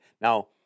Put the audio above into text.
Now